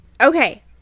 Okay